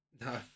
No